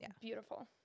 beautiful